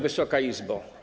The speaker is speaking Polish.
Wysoka Izbo!